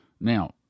Now